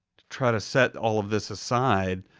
try to set all of this aside,